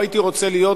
לא הייתי רוצה להיות,